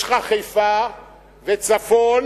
יש לך חיפה וצפון